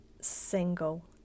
single